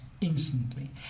instantly